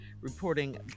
reporting